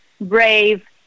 brave